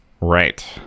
right